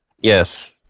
Yes